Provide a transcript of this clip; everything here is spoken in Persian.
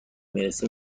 میرسه